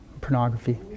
pornography